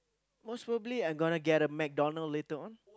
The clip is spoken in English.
most probably I gonna get a MacDonald later on